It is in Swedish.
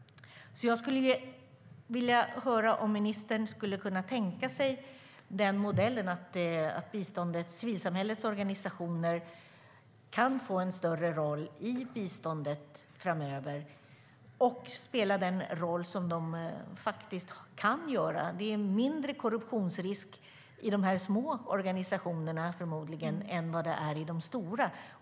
Jag skulle vilja höra om ministern kan tänka sig den här modellen - att civilsamhällets organisationer kan få en större roll när det gäller biståndet framöver och spela den roll som de faktiskt kan göra. Det är förmodligen mindre korruptionsrisk i de små organisationerna än vad det är i de stora.